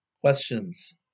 Questions